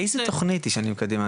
איזו תכנית היא שנים קדימה?